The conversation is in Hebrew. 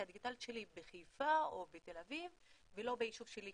הדיגיטלית בחיפה או בתל אביב ולא ביישוב שלי,